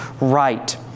right